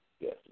Yes